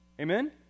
amen